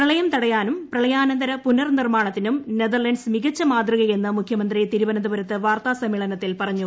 പ്രിളയം തടയാനും പ്രളയാനന്തര പുനർനിർമാണത്തിനും നെതർലന്റ്സ് മികച്ച മാതൃകയെന്ന് മുഖ്യമന്ത്രി വാർത്താസമ്മേളനത്തിൽ പറഞ്ഞു